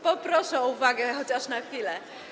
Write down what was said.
Proszę o uwagę chociaż na chwilę.